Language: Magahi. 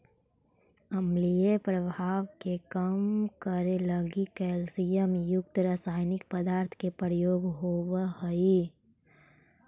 अम्लीय प्रभाव के कम करे लगी कैल्सियम युक्त रसायनिक पदार्थ के प्रयोग होवऽ हई